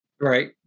Right